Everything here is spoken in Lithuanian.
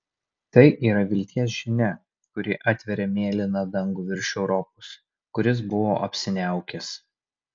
tai yra vilties žinia kuri atveria mėlyną dangų virš europos kuris buvo apsiniaukęs